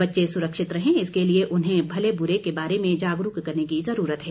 बच्चे सुरक्षित रहें इसके लिए उन्हें भले बुरे के बारे में जागरूक करने की जरूरत है